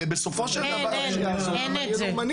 הרי בסופו של דבר המניע הוא לאומני.